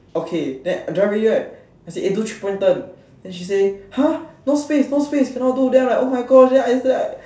okay then drive already right then I say do three point turn then she say !huh! no space no space cannot do then I'm like oh my god then I was like